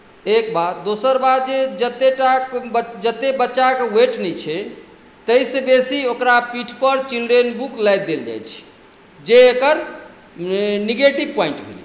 एक बात दोसर बात जे जतेक टाके जतेक बच्चाके वेट नहि छै ताहिसँ बेसी ओकरा पीठपर चिल्ड्रेन बुक लादि देल जाइत छै जे एकर नेगेटिव पॉइंट भेलै